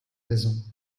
raisons